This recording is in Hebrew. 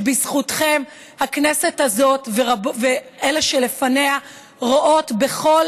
בזכותכן הכנסת הזאת ואלה שלפניה רואות בכל